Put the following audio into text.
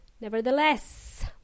nevertheless